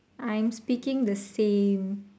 I'm speaking the same